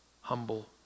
humble